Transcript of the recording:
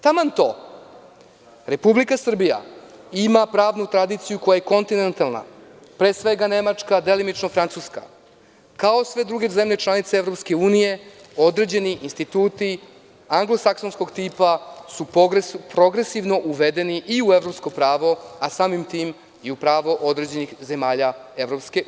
Taman to, Republika Srbija ima pravnu tradiciju koja je kontinentalna, pre svega Nemačka, delimično Francuska, kao sve druge zemlje članice EU, određeni instituti anglosaksonskog tipa su progresivno uvedeni i u evropsko pravo, a samim tim i u pravo određenih zemalja EU.